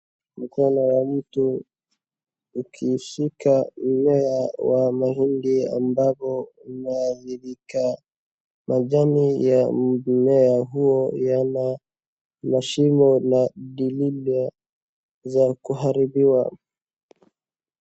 Mkono wa mtu ukishika mmea wa mahindi ambao umearibika, majani ya mmea huo yana mashimo na lilo za kuharibiwa.